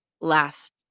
last